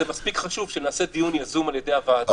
זה מספיק חשוב שנעשה דיון יזום על ידי הוועדה.